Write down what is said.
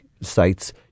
sites